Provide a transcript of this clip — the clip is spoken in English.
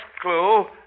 clue